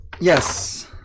Yes